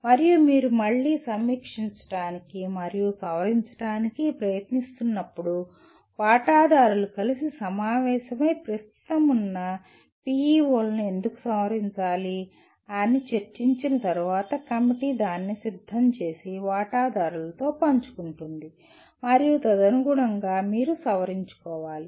మరియు మీరు మళ్ళీ సమీక్షించడానికి మరియు సవరించడానికి ప్రయత్నిస్తున్నప్పుడు వాటాదారులు కలిసి సమావేశమై ప్రస్తుతమున్న PEO లను ఎందుకు సవరించాలి అని చర్చించిన తరువాత కమిటీ దానిని సిద్ధం చేసి వాటాదారులతో పంచుకుంటుంది మరియు తదనుగుణంగా మీరు సవరించుకోవాలి